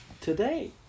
today